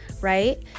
right